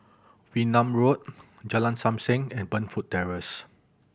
Wee Nam Road Jalan Sam Heng and Burnfoot Terrace